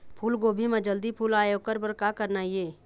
फूलगोभी म जल्दी फूल आय ओकर बर का करना ये?